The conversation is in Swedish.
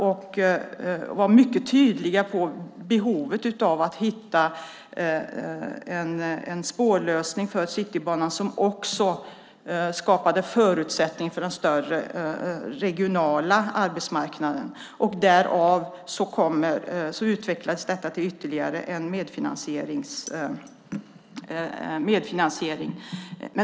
Vi var mycket tydliga med behovet av att hitta en spårlösning för Citybanan som också skapade förutsättning för den större regionala arbetsmarknaden, och därav utvecklas detta till ytterligare en medfinansiering.